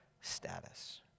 status